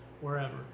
wherever